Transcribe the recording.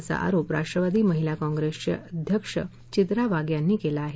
असा आरोप राष्ट्रवादी महिला काँग्रेसच्या अध्यक्ष चित्रा वाघ यांनी केला आहे